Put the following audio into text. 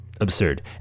Absurd